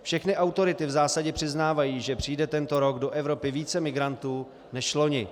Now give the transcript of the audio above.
Všechny autority v zásadě přiznávají, že přijde tento rok do Evropy více migrantů než loni.